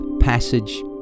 passage